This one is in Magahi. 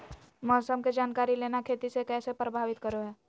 मौसम के जानकारी लेना खेती के कैसे प्रभावित करो है?